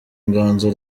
inganzo